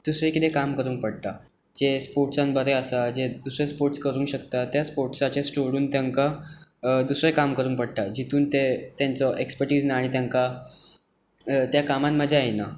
दुसरें कितें काम करूंक पडटा जे स्पोर्ट्सांत बरे आसा जे दुसरे स्पोर्ट्स करूंक शकता त्या स्पोर्ट्साचे सोडून तांकां दुसरें काम करचें पडटा जितून तांचो एक्सपर्टीज ना आनी तांकां त्या कामांत मजा येना